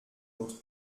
autre